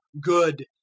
good